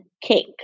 cake